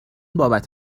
بابت